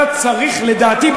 אתה צריך, לדעתי,